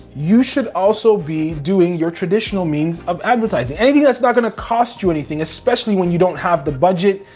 you should also be doing your traditional means of advertising. anything that's not gonna cost you anything, especially when you don't have the budget,